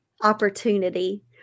opportunity